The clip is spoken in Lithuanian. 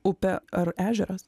upė ar ežeras